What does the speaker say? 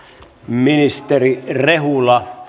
ministeri rehula